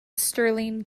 sterling